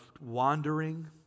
wandering